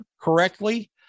correctly